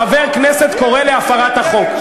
חבר כנסת קורא להפרת החוק.